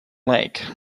lake